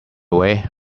way